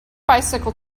bicycle